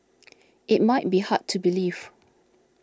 it might be hard to believe